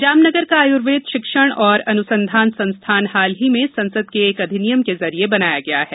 जामनगर का आयुर्वेद शिक्षण और अनुसंधान संस्थान हाल ही में संसद के एक अधिनियम के ॅजरिए बनाया गया है